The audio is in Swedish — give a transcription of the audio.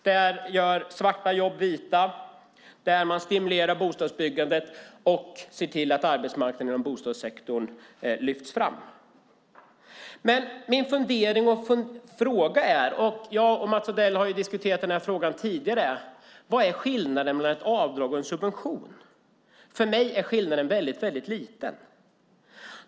Det gör svarta jobb vita, stimulerar bostadsbyggandet och ser till att arbetsmarknaden inom bostadssektorn lyfts fram. Jag och Mats Odell har diskuterat det tidigare, och min fundering är fortfarande: Vad är skillnaden mellan ett avdrag och en subvention? För mig är skillnaden väldigt, väldigt liten.